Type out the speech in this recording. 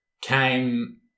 came